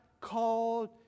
called